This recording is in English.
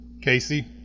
Casey